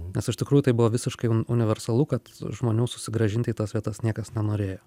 nes iš tikrųjų tai buvo visiškai universalu kad žmonių susigrąžinti į tas vietas niekas nenorėjo